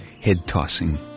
head-tossing